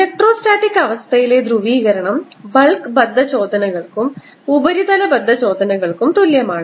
electrostatic അവസ്ഥയിലെ ധ്രുവീകരണം bulk ബദ്ധചോദനകൾക്കും ഉപരിതല ബദ്ധചോദനകൾക്കും തുല്യമാണ്